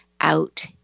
out